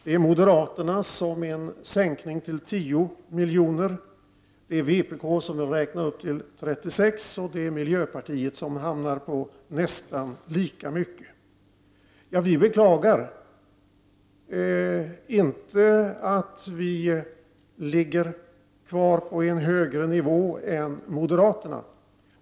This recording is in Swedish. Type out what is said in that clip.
Det är moderaternas förslag om en sänkning till 10 milj.kr. Det är vpk:s förslag om en uppräkning till 36 milj.kr., och det är miljöpartiets förslag, där man hamnar på nästan lika mycket. Vi beklagar inte att vi ligger på en högre nivå än den moderaterna föreslår.